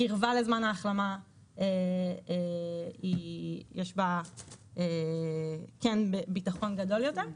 בקרבה לזמן ההחלמה יש ביטחון גדול יותר.